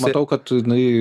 matau kad jinai